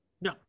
No